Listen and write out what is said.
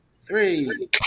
three